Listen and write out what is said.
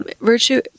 virtue